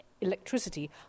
electricity